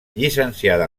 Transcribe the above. llicenciada